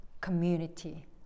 community